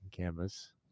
Canva's